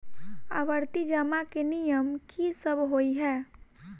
आवर्ती जमा केँ नियम की सब होइ है?